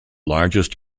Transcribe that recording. largest